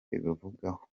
bubivugaho